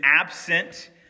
absent